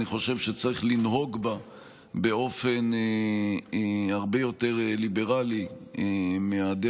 ואני חושב שצריך לנהוג בה באופן הרבה יותר ליברלי מהדרך